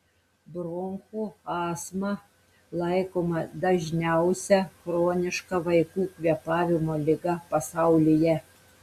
bronchų astma laikoma dažniausia chroniška vaikų kvėpavimo liga pasaulyje